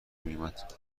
میومد